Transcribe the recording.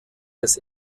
des